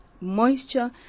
Moisture